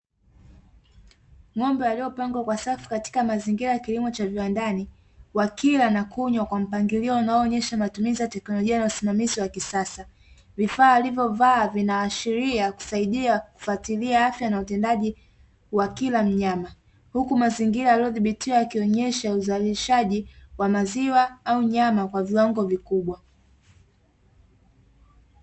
Ng'ombe waliopangwa kwa safu katika mazingira ya kilimo cha viwandani wakila na kunywa kwa mpangilio unaoonesha matumizi ya teknolojia na usimamizi wa kisasa, vifaa alivyovaa vinaashiria kusaidia kufatilia afya na utendaji wa kila mnyama huku mazingira yaliyo dhibitiwa yakionesha uzalishaji wa maziwa au nyama kwa viwango vikubwa.